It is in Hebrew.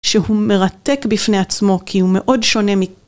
‫שהוא מרתק בפני עצמו ‫כי הוא מאוד שונה מ...